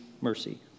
mercy